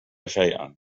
شيئًا